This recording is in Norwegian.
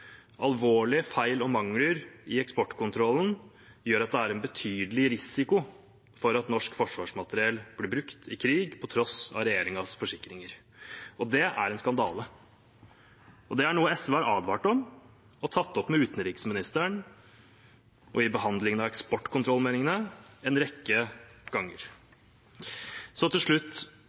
Alvorlige feil og mangler i eksportkontrollen gjør at det er en betydelig risiko for at norsk forsvarsmateriell blir brukt i krig, på tross av regjeringens forsikringer, og det er en skandale. Det er noe SV har advart mot og tatt opp med utenriksministeren og i behandlingen av eksportkontrollmeldingene en rekke ganger. Til slutt: